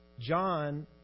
John